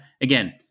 Again